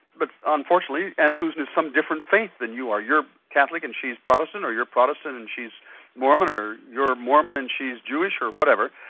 but unfortunately aunt susan is some different faith than you are, you're catholic and she's protestant or you're protestant and she's mormon, or you're mormon and she's jewish or whatever,